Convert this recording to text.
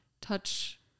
touch